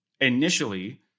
initially